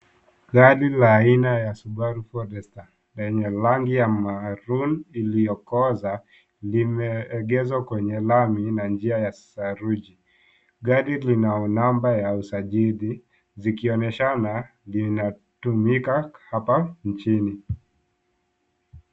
Gari la aina ya Subaru Forester lenye rangi ya maroon iliyokoza limeegezwa kwenye lami na njia ya saruji. Gari lina namba ya usajili zikionyeshana linatumika hapa nchini.